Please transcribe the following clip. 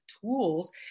tools